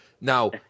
Now